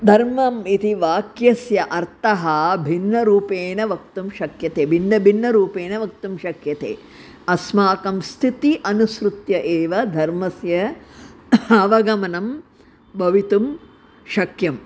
धर्मम् इति वाक्यस्य अर्थः भिन्नरूपेण वक्तुं शक्यते भिन्नभिन्नरूपेण वक्तुं शक्यते अस्माकं स्थितेः अनुसृत्यम् एव धर्मस्य अवगमनं भवितुं शक्यम्